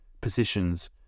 positions